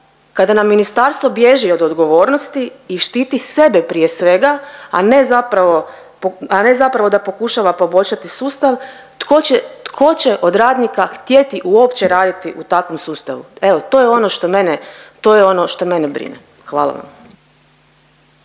kada nam ministarstvo bježi od odgovornosti i štiti sebe, prije svega, a ne zapravo, a ne zapravo da pokušava poboljšati sustav, tko će od radnika htjeti uopće raditi u takvom sustavu? Evo, to je ono što mene, to je ono što